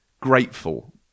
grateful